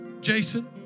Jason